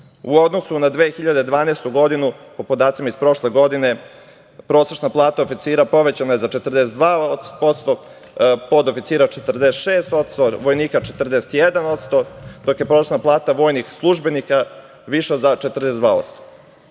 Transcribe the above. U odnosu na 2012. godinu, po podacima iz prošle godine, plata oficira je povećana za 42%, podoficira 46%, vojnika 41%, dok je prosečna plata vojnih službenika viša za